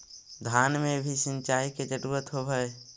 धान मे भी सिंचाई के जरूरत होब्हय?